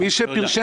תודה.